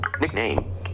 Nickname